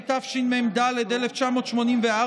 התשמ"ד 1984,